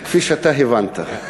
כפי שאתה הבנת.